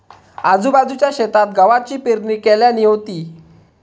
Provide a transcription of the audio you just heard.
आजूबाजूच्या शेतात गव्हाची पेरणी केल्यानी होती